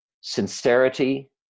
sincerity